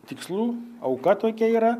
tikslų auka tokia yra